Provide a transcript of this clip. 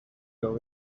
know